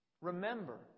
Remember